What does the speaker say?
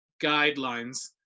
guidelines